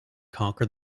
conquer